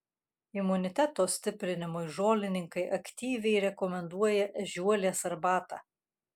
imuniteto stiprinimui žolininkai aktyviai rekomenduoja ežiuolės arbatą